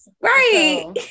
right